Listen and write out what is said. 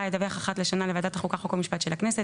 ידווח אחת לשנה לוועדת החוק חוק ומשפט של הכנסת,